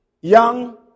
young